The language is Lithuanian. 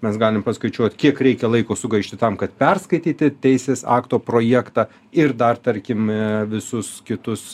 mes galim paskaičiuot kiek reikia laiko sugaišti tam kad perskaityti teisės akto projektą ir dar tarkime visus kitus